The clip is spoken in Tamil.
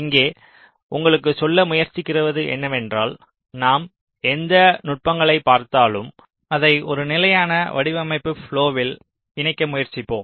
இங்கே உங்களுக்குச் சொல்ல முயற்சிக்கிறது என்னவென்றால் நாம் எந்த நுட்பங்களைப் பார்த்தாலும் அதை ஒரு நிலையான வடிவமைப்பு ப்லொவில் இணைக்க முயற்சிப்போம்